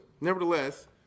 Nevertheless